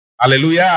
Hallelujah